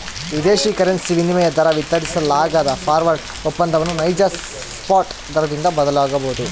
ವಿದೇಶಿ ಕರೆನ್ಸಿ ವಿನಿಮಯ ದರ ವಿತರಿಸಲಾಗದ ಫಾರ್ವರ್ಡ್ ಒಪ್ಪಂದವನ್ನು ನೈಜ ಸ್ಪಾಟ್ ದರದಿಂದ ಬದಲಾಗಬೊದು